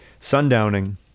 Sundowning